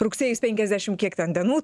rugsėjis penkiasdešim kiek ten dienų